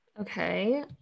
Okay